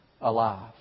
alive